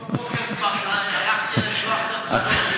ב-06:00 כבר הלכתי לשלוח את הנכדות שלי